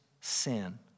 sin